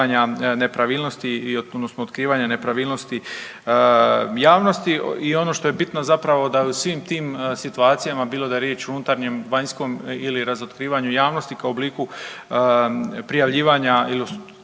otkrivanja nepravilnosti javnosti. I ono što je bitno zapravo da je u svim tim situacijama bilo da je riječ o unutarnjem, vanjskom ili razotkrivanju javnosti kao obliku prijavljivanja ili